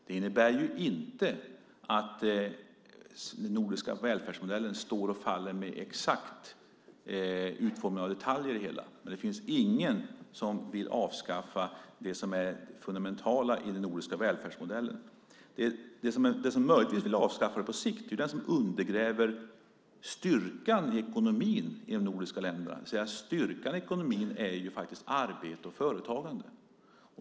Det innebär inte att den nordiska välfärdsmodellen står och faller med en exakt utformning av detaljer i det hela, men det finns ingen som vill avskaffa det som är det fundamentala i den nordiska välfärdsmodellen. Den som möjligtvis vill avskaffa välfärdsmodellen på sikt är den som undergräver styrkan i ekonomin i de nordiska länderna, och styrkan i ekonomin är faktiskt arbete och företagande.